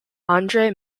andrey